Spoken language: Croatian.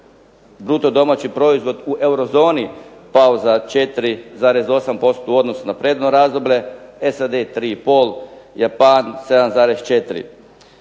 bruto domaći proizvod u euro zoni pao za 4,8% u odnosu na prethodno razdoblje, SAD 3,5, Japan 7,4.